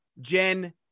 Jen